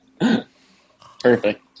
Perfect